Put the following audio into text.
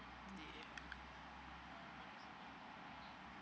ya